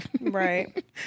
Right